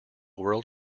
world